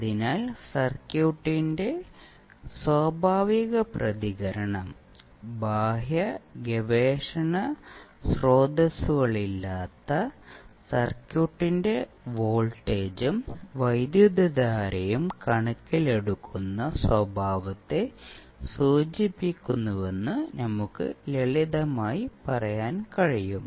അതിനാൽ സർക്യൂട്ടിന്റെ സ്വാഭാവിക പ്രതികരണം ബാഹ്യ ഗവേഷണ സ്രോതസ്സുകളില്ലാത്ത സർക്യൂട്ടിന്റെ വോൾട്ടേജും വൈദ്യുതധാരയും കണക്കിലെടുക്കുന്ന സ്വഭാവത്തെ സൂചിപ്പിക്കുന്നുവെന്ന് നമുക്ക് ലളിതമായി പറയാൻ കഴിയും